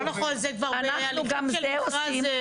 לא נכון, זה כבר בהליכים של מכרז.